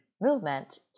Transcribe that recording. movement